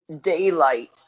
Daylight